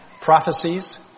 prophecies